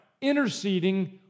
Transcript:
Interceding